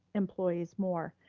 employees more.